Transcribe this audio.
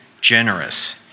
generous